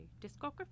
Discography